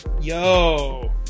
Yo